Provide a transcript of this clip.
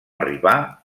arribà